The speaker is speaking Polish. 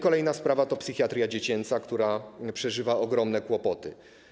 Kolejna sprawa to psychiatria dziecięca, która przeżywa ogromne kłopoty.